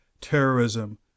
terrorism